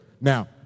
Now